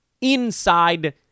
inside